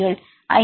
மாணவர் 5